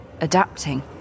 adapting